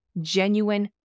genuine